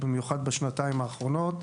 ובייחוד בשנתיים האחרונות,